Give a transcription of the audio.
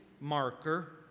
marker